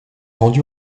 rendu